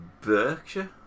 Berkshire